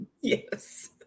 Yes